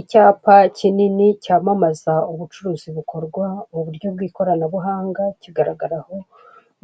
Icyapa kinini cyamamaza ubucuruzi bukorwa mu buryo bw'ikoranabuhanga kigaragaraho